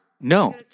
No